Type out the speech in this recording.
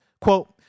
Quote